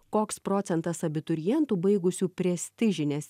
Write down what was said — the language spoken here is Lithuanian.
koks procentas abiturientų baigusių prestižines